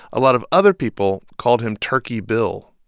a lot of other people called him turkey bill.